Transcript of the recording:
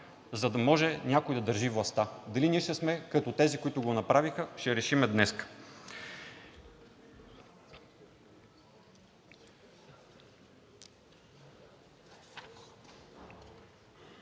за да може някой да държи властта. Дали ние ще сме като тези, които го направиха, ще решим днес.